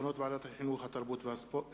מסקנות ועדת החינוך, התרבות והספורט